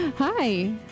Hi